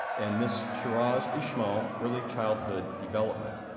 and miss shairoz ismail, early childhood development.